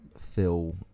feel